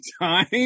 time